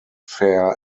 fair